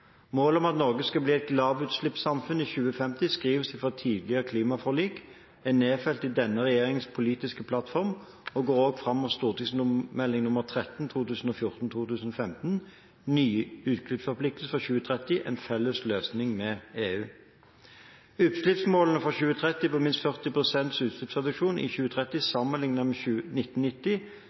Målet om at Norge skal bli et lavutslippssamfunn i 2050, skriver seg fra tidligere klimaforlik, er nedfelt i denne regjeringens politiske plattform og går også fram av Meld. St. 13 for 2014–2015, Ny utslippsforpliktelse for 2030 – en felles løsning med EU. Utslippsmålet for 2030 på minst 40 pst. utslippsreduksjon i 2030 sammenlignet med 1990